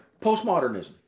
postmodernism